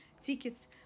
tickets